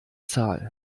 zahl